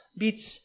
beats